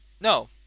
no